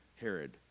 Herod